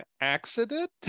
accident